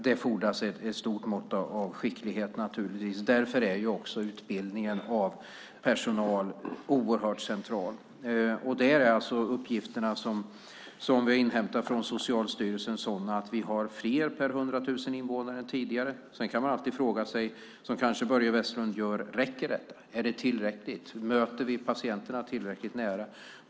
Det fordras ett stort mått av skicklighet. Därför är utbildningen av personal oerhört central. Uppgifterna som vi har inhämtat från Socialstyrelsen visar att vi har fler i personalen per 100 000 invånare än tidigare. Sedan kan man alltid fråga sig, som kanske Börje Vestlund gör: Är det tillräckligt, och möter vi patienterna tillräckligt nära?